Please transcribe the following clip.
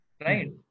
Right